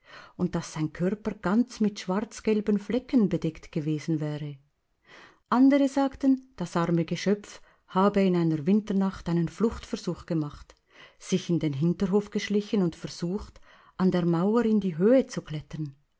und daß sein körper ganz mit schwarzgelben flecken bedeckt gewesen wäre andere sagten das arme geschöpf habe in einer winternacht einen fluchtversuch gemacht sich in den hinterhof geschlichen und versucht an der mauer in die höhe zu klettern